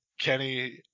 Kenny